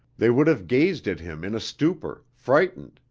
they would have gazed at him in a stupor, frightened,